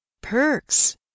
perks